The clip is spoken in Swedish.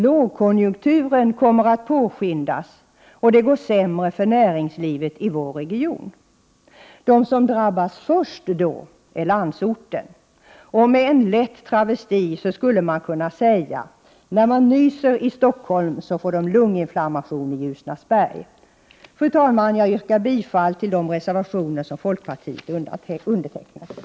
Lågkonjunkturen kommer att påskyndas, och det går sämre för näringslivet i vår region. De som drabbas först då är landsorten. Med en lätt travesti skulle man kunna säga: När man nyser i Stockholm får de lunginflammation i Ljusnarsberg. Fru talman! Jag yrkar bifall till de reservationer som folkpartiet har undertecknat.